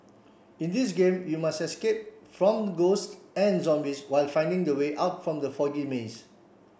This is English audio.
in this game you must escape from ghosts and zombies while finding the way out from the foggy maze